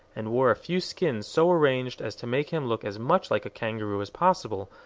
and wore a few skins so arranged as to make him look as much like a kangaroo as possible,